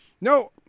No